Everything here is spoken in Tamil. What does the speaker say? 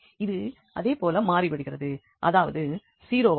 இது அதேபோல மாறி விடுகிறது அதாவது இது 0 வாகும்